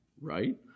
Right